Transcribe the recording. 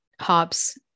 hops